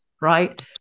right